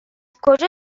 کجا